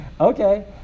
Okay